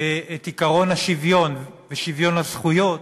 את עקרון השוויון ושוויון הזכויות,